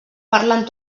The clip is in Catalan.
parlen